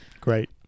Great